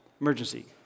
Emergency